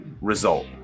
result